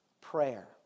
prayer